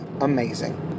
amazing